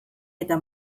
eta